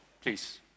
please